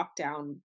lockdown